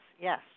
Yes